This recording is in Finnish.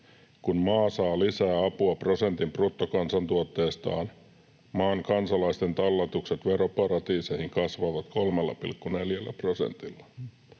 Kun maa saa lisää apua prosentin bruttokansantuotteestaan, maan kansalaisten talletukset veroparatiiseihin kasvavat 3,4 prosentilla.